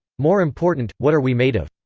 more important, what are we made of?